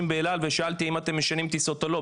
באל על ושאלתי אם הם משנים טיסות או לא,